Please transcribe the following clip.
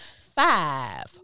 Five